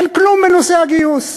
אין כלום בנושא הגיוס.